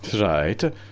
Right